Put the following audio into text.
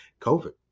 COVID